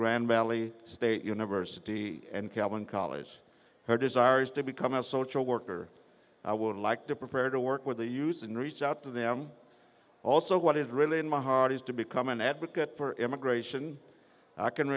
grand valley state university and calvin college her desire is to become a social worker i would like to prepare to work with the use and reach out to them also what is really in my heart is to become an advocate for immigration i can